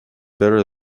better